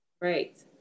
right